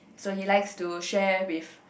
so he likes to share with